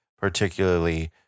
particularly